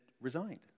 resigned